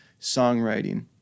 songwriting